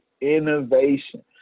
innovation